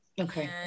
Okay